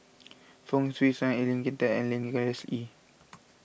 Fong Swee Suan and Lee Kin Tat and Nicholas Ee